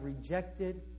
rejected